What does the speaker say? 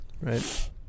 Right